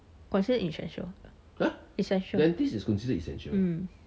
considered essential essential mm